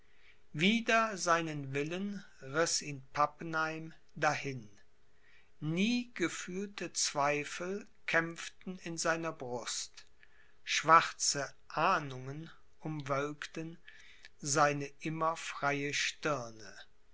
wider seinen willen riß ihn pappenheim dahin nie gefühlte zweifel kämpften in seiner brust schwarze ahnungen umwölkten seine immer freie stirne